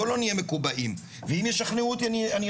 בואו לא נהיה מקובעים ואם ישכנעו אותי אני אסכים,